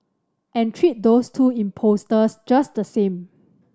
and treat those two impostors just the same